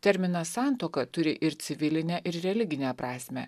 terminas santuoka turi ir civilinę ir religinę prasmę